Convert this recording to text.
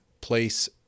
place